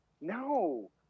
no